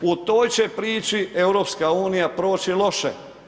U toj će priči EU proći loše.